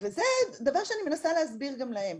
וזה דבר שאני מנסה להסביר גם להן,